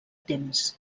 temps